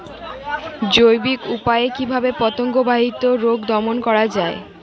জৈবিক উপায়ে কিভাবে পতঙ্গ বাহিত রোগ দমন করা যায়?